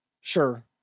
Sure